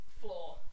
Floor